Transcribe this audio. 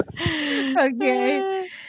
Okay